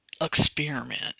experiment